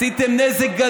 אני אוסיף לך.